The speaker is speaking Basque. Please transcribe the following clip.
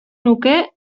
nuke